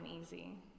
easy